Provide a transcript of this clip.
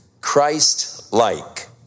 Christ-like